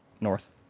north